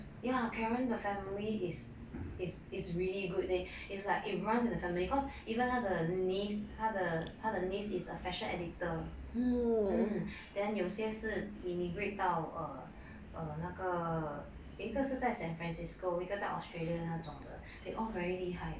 ya karen 的 family is is really good it's like it runs in the family cause even 她的 niece 她的她的 niece is a fashion editor mm then 有些事 immigrate 到 err 那个有一个是在 san francisco 一个在 australia 那种的 they all very 厉害